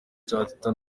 teta